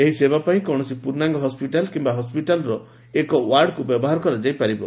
ଏହି ସେବା ପାଇଁ କୌଣସି ପୂର୍ଣ୍ଣାଙ୍ଗ ହସ୍କିଟାଲ କିମ୍ବା ହସ୍କିଟାଲର ଏକ ୱାର୍ଡକୁ ବ୍ୟବହାର କରାଯାଇ ପାରିବ